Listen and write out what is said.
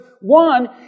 one